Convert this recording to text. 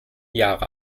jahre